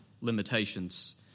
limitations